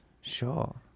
Sure